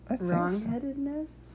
Wrongheadedness